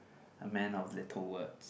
a man of little words